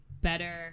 better